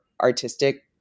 artistic